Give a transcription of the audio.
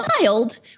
wild